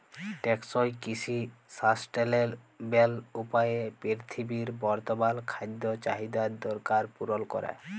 টেকসই কিসি সাসট্যালেবেল উপায়ে পিরথিবীর বর্তমাল খাদ্য চাহিদার দরকার পুরল ক্যরে